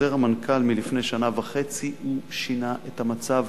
חוזר המנכ"ל מלפני שנה וחצי שינה את המצב.